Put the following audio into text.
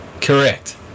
Correct